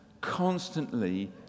constantly